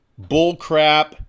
bullcrap